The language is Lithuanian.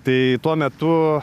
tai tuo metu